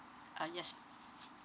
ah yes